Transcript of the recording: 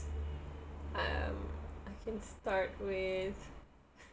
um I can start with